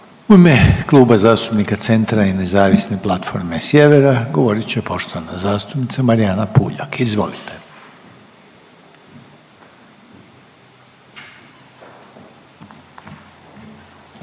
U ime Kluba zastupnika Centra i Nezavisne platforme sjevera, govorit će poštovana zastupnica Marijana Puljak. Izvolite.